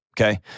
Okay